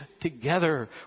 together